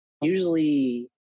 Usually